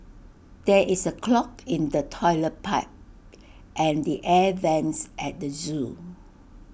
there is A clog in the Toilet Pipe and the air Vents at the Zoo